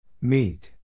Meet